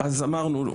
אז אמרנו,